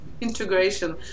integration